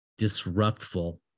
disruptful